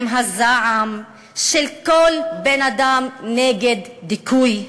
עם הזעם של כל בן-אדם נגד דיכוי.